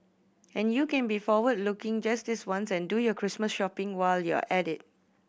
and you can be forward looking just this once and do your Christmas shopping while you're at it